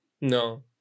no